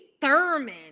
Thurman